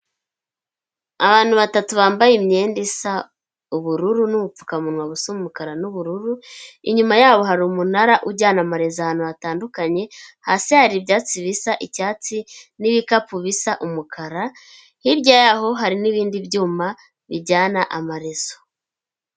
Abantu batatu bambaye imyenda isa ubururu n'ubupfukamunwa busa umukara n'ubururu, inyuma yabo hari umunara ujyana amarezo ahantu hatandukanye, hasi hari ibyatsi bisa icyatsi n'ibikapu bisa umukara, hirya y'aho hari n'ibindi byuma bijyana amarezo.